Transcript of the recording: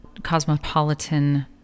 cosmopolitan